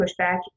pushback